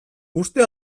uste